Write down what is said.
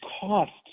costs